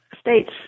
states